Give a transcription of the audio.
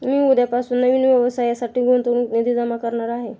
मी उद्यापासून नवीन व्यवसायासाठी गुंतवणूक निधी जमा करणार आहे